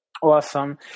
Awesome